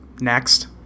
Next